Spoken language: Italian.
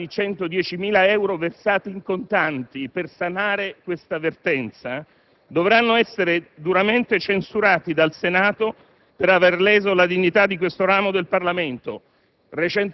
(si parla di 110.000 euro versati in contanti per sanare questa vertenza), dovranno essere duramente censurati dal Senato per avere leso la dignità di questo ramo del Parlamento.